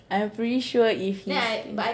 I'm pretty sure if he's